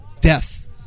death